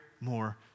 more